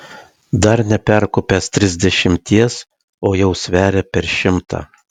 dar neperkopęs trisdešimties o jau sveria per šimtą